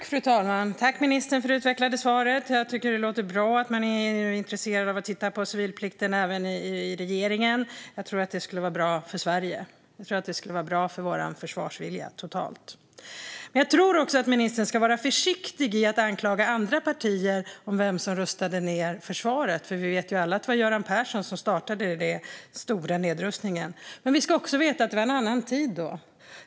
Fru talman! Tack, ministern, för det utvecklade svaret! Jag tycker att det låter bra att man är intresserad av att titta på civilplikten även i regeringen. Jag tror att det skulle vara bra för Sverige. Jag tror att det skulle vara bra för vår försvarsvilja totalt sett. Men jag tycker också att ministern ska vara försiktig med att anklaga andra partier när det gäller vem som rustade ned försvaret, för vi vet ju alla att det var Göran Persson som startade den stora nedrustningen. Vi ska också veta att det var en annan tid då.